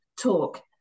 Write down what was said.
talk